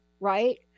right